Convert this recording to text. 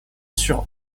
sur